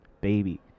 baby